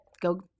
Go